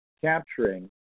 capturing